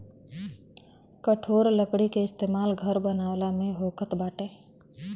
कठोर लकड़ी के इस्तेमाल घर बनावला में होखत बाटे